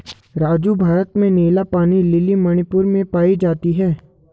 राजू भारत में नीला पानी लिली मणिपुर में पाई जाती हैं